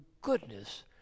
goodness